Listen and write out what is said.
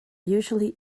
usually